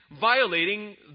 violating